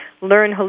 Learn